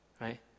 right